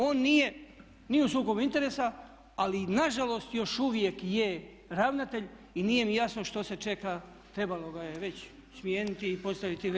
On nije ni u sukobu interesa, ali na žalost još uvijek je ravnatelj i nije mi jasno što se čeka, trebalo ga je već smijeniti i postaviti v.d.